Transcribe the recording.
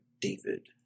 David